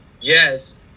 Yes